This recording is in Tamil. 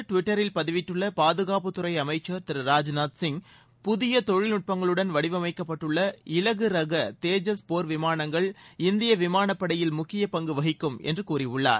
டுவிட்டரில் பதிவிட்டுள்ள பாதுகாப்புத்துறை இது குறித்து அமைச்சர் திரு ராஜ்நாத் சிவ் புதிய தொழில்நுட்பங்களுடன் வடிவமைக்கப்பட்டுள்ள இலகு ரக தேஜஸ் போர் விமானங்கள் இந்திய விமானப் படையில் முக்கிய பங்கு வகிக்கும்என்று கூறியுள்ளார்